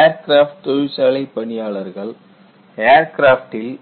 aircraft தொழிற்சாலைப் பணியாளர்கள் ஏர்கிராஃப்ட்டில்